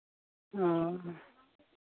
ᱚ